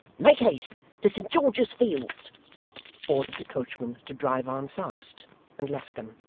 make haste to st george's fields ordered the coachman to drive on fast and left them.